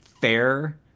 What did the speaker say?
fair